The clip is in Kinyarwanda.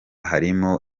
harimo